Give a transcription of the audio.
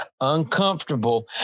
uncomfortable